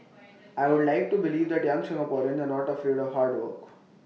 I would like to believe that young Singaporeans that are not afraid of hard work